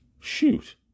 Shoot